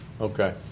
Okay